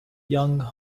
yong